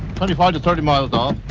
twenty five thirty miles um